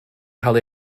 cael